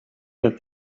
that